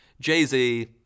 jay-z